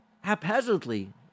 haphazardly